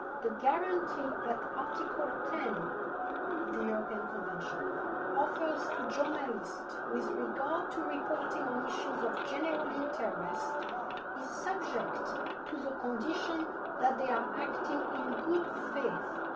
the guarantee that article ten of the open convention offers to journalists with regard to reporting on issues of general interest is subject to the condition that they are acting in good faith,